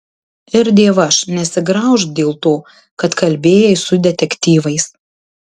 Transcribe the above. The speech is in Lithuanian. ir dievaž nesigraužk dėl to kad kalbėjai su detektyvais